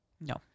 no